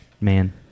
man